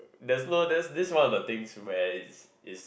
there's no there's this one of the things where it's it's